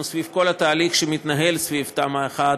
אנחנו, בכל התהליך שמתנהל סביב תמ"א 1,